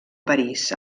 parís